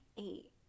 eight